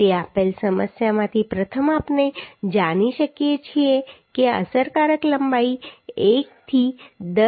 તો આપેલ સમસ્યામાંથી પ્રથમ આપણે જાણી શકીએ છીએ કે અસરકારક લંબાઈ 1 થી 10